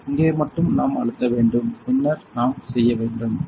இங்கே மட்டும் நாம் அழுத்த வேண்டும் பின்னர் நாம் செய்ய வேண்டும் Refer Time 1600